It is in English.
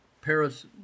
Paris